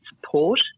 support